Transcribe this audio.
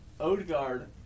Odegaard